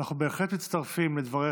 אנחנו בהחלט מצטרפים לדבריך,